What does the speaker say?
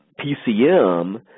PCM